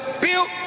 built